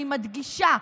אני מדגישה: